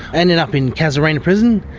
i ended up in casuarina prison,